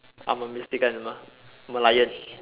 I'm a mystical animal Merlion